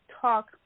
talk